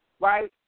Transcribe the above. right